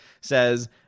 says